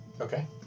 Okay